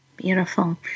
beautiful